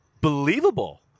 believable